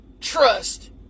trust